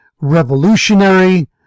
revolutionary